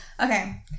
Okay